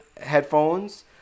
headphones